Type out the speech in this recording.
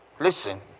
Listen